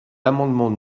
amendements